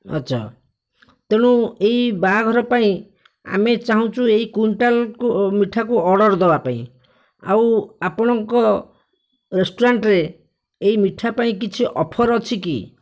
ଆଛା ତେଣୁ ଏହି ବାହାଘର ପାଇଁ ଆମେ ଚାଁହୁଛୁ ଏହି କ୍ୱିଣ୍ଟାଲକୁ ମିଠାକୁ ଅର୍ଡ଼ର ଦେବା ପାଇଁ ଆଉ ଆପଣଙ୍କ ରେଷ୍ଟୁରାଣ୍ଟରେ ଏହି ମିଠା ପାଇଁ କିଛି ଅଫର ଅଛି କି